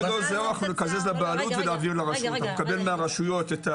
אתה מקבל מהרשויות.